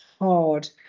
hard